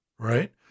Right